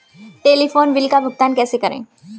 Telephone bill का भुगतान कैसे करें?